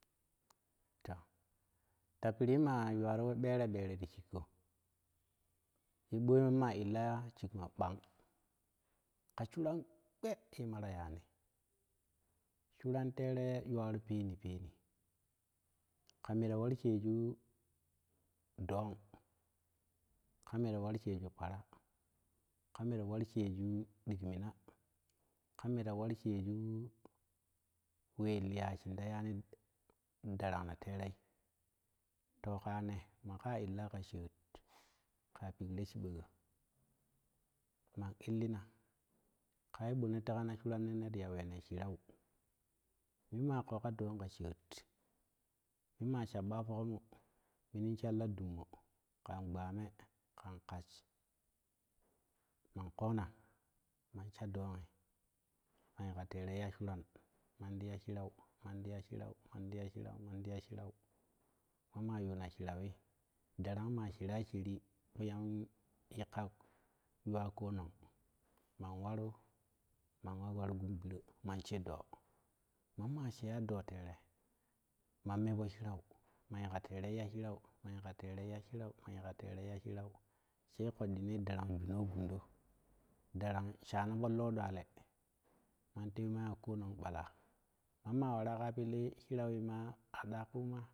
To tapirii ma yuwaro we ɓere ɓere to shikko ye moi ma illa shikma ɓang ƙa surangbee ye mara yani suran tere yuwaro peni peni ƙa mera war sheju dong ƙa mera warsheju kpara ƙamara warsheju ɗikmina ƙamera warsheju we liya shunta yani darangno terei to ƙa ne ne makailla ƙa shef ƙa pigro chigbogo ma illima ƙaye ɓone teka nasurano neri ya we mei chirau minma ƙoka ɗong ka shet minma shabba fok mu minin shalla dommo, ƙan gubbame ƙan kach mankoma mansha ɗongun ma yiƙo terei ya suran manti ya shirau man ti ya shirau, manti za shirau marti ya shirau mamma yuna shirawi darang ma shera shero kpiyam yika yuwa komong mang waru man wa war gun biro man shedo mam ma sheya ɗo rere man me fo shi ran mazika terei yashikau mayi ka terei yushirau ma tika terei ya shirau shai koddi ne darang bino gundo daran shana fo loo dwalle man tewi maa konang ɓala mama wara kafo lee shiirawimama aɗa kuma.